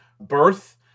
birth